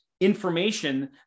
information